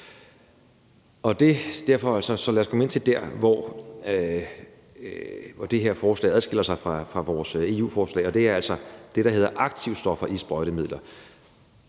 lad os komme ind til der, hvor det her forslag adskiller sig fra vores EU-forslag, og det er altså det, der hedder aktivstoffer i sprøjtemidler.